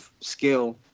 skill